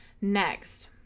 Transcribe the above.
next